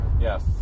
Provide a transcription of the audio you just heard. Yes